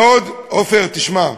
עפר, תשמע,